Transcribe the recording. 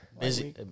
Busy